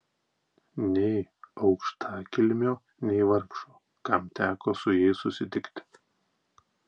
nei aukštakilmio nei vargšo kam teko su jais susitikti